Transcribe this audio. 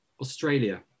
Australia